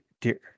Dear